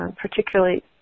particularly